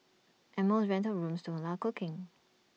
and most rental rooms don't allow cooking